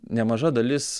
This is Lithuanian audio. nemaža dalis